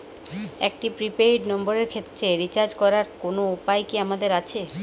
একটি prepaid নম্বরের ক্ষেত্রে রিচার্জ করার কোনো উপায় কি আমাদের আছে?